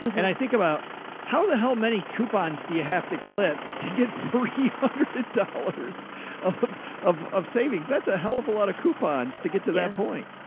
and i think about how the hell many coupons do you have to clip to get three hundred dollars of of of savings. that's a hell of a lot of coupons to get to that point.